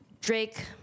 Drake